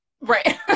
right